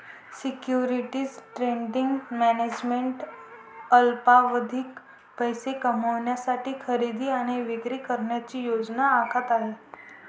securities trading management अल्पावधीत पैसे कमविण्यासाठी खरेदी आणि विक्री करण्याची योजना आखत आहे